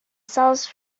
sells